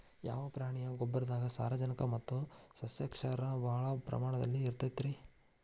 ಯಾವ ಪ್ರಾಣಿಯ ಗೊಬ್ಬರದಾಗ ಸಾರಜನಕ ಮತ್ತ ಸಸ್ಯಕ್ಷಾರ ಭಾಳ ಪ್ರಮಾಣದಲ್ಲಿ ಇರುತೈತರೇ?